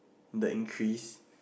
the increase